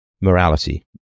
morality